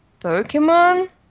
Pokemon